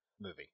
movie